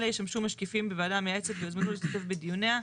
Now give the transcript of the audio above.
אלו ישמשו משקיפים בוועדה המייעצת ויוזמנו להשתתף בדיוניה.